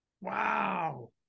Wow